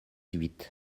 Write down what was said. huit